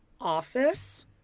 office